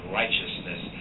righteousness